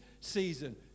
season